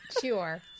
Sure